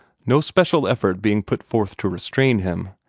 no special effort being put forth to restrain him,